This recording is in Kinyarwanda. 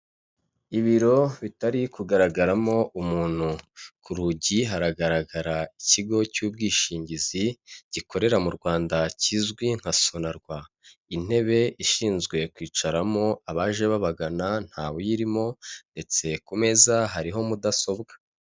Ibiro bitari kugaragaramo umuntu, ku rugi haragaragara ikigo cy'ubwishingizi gikorera mu Rwanda kizwi nka SONARWA, intebe ishinzwe kwicaramo abaje babagana ntawe uyirimo, ndetse ku meza hariho mudasobwa.